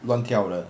忘掉了